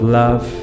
love